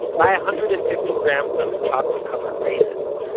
buy a hundred-and-fifty grams of chocolate-covered-raisins,